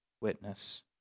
witness